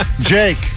Jake